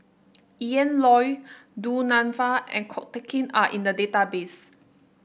Ian Loy Du Nanfa and Ko Teck Kin are in the database